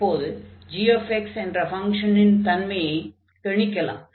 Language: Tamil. இப்போது g என்ற ஃபங்ஷனின் தன்மையைக் கணிக்கலாம்